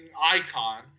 icon